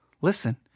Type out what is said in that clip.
Listen